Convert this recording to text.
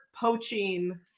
poaching